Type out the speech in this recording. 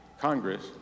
Congress